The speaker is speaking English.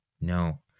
No